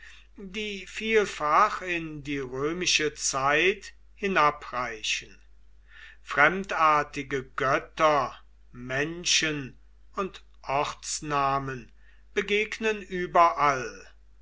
die vielfach in die römische zeit hinabreichen fremdartige götter menschen und ortsnamen begegnen überall